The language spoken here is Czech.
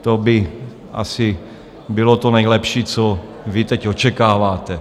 To by asi bylo to nejlepší, co vy teď očekáváte.